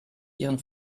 ihren